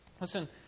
listen